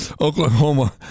Oklahoma